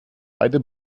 beide